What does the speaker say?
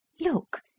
Look